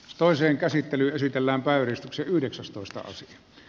toiseen käsittelyyn esitellään päivystyksen yhdeksästoista keskeytetään